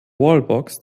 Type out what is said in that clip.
wallbox